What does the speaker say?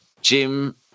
Jim